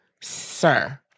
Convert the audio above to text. Sir